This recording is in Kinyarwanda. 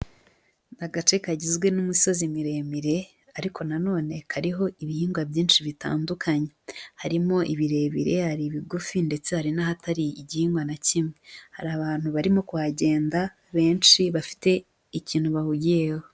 Agace kagizwe n'imisozi miremire ariko na none kariho ibihingwa byinshi bitandukanye, harimo ibirebire, hari ibigufi ndetse hari n'ahatari igihingwa na kimwe, hari abantu barimo kuhagenda benshi bafite ikintu bahugiyeho.